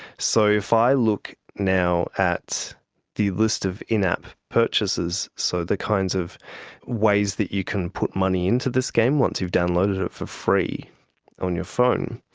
so if i look now at the list of in-app purchases, so the kinds of ways that you can put money into this game once you've downloaded it for free on your phone,